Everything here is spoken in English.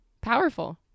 Powerful